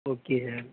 okay sir